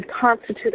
constitute